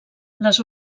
les